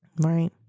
right